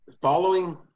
Following